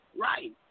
Right